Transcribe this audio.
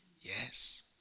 Yes